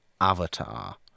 Avatar